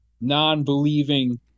non-believing